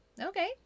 okay